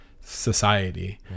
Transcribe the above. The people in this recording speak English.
society